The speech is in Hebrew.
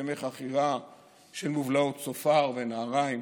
הסכמי חכירה של מובלעות צופר ונהריים,